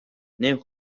نمی